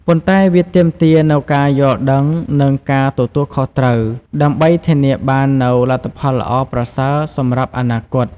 ប៉ុន្តែវាទាមទារនូវការយល់ដឹង និងការទទួលខុសត្រូវ ដើម្បីធានាបាននូវលទ្ធផលល្អប្រសើរសម្រាប់អនាគត។